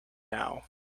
now